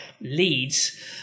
leads